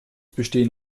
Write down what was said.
bestehen